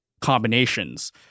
combinations